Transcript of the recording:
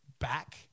back